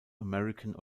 american